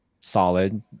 solid